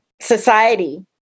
society